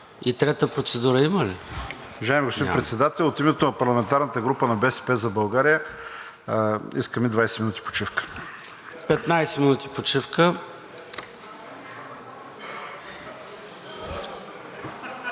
Трета процедура има ли?